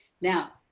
Now